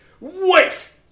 Wait